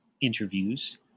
interviews